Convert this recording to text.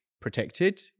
protected